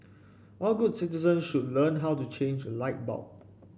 all good citizens should learn how to change a light bulb